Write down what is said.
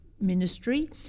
ministry